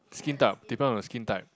skin type depend on your skin type